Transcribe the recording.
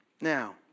Now